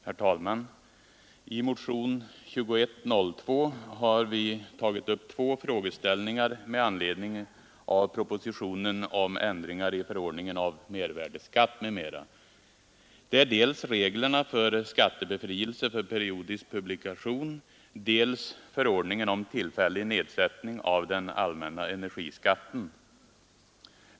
Herr talman! I motion 2102 har vi tagit upp två frågeställningar med anledning av propositionen om ändringar i förordningen om mervärdeskatt m.m. Det gäller dels reglerna för skattebefrielse för periodisk publikation, dels förordningen om tillfällig nedsättning av den allmänna energiskatten.